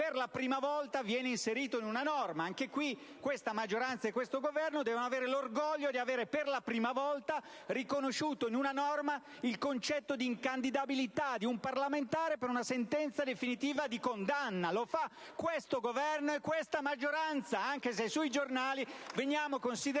per la prima volta in una norma. Anche al riguardo questa maggioranza e questo Governo devono essere orgogliosi di avere inserito per la prima volta in una norma il concetto di incandidabilità di un parlamentare per una sentenza definitiva di condanna. Lo fanno questo Governo e questa maggioranza, anche se sui giornali veniamo considerati,